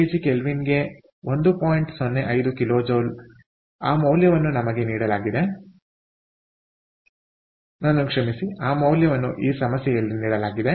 05 kilo joule ಆ ಮೌಲ್ಯವನ್ನು ನಮಗೆ ನೀಡಲಾಗಿದೆ ನನ್ನನ್ನು ಕ್ಷಮಿಸಿ ಆ ಮೌಲ್ಯವನ್ನು ಇಲ್ಲಿ ಸಮಸ್ಯೆಯಲ್ಲಿ ನೀಡಲಾಗಿದೆ